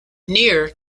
near